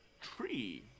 tree